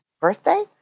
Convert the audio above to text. birthday